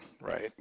right